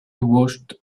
watched